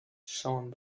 shone